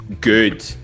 good